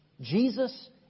Jesus